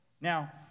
now